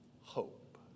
hope